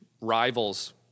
rivals